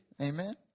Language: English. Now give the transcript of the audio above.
Amen